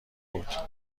بود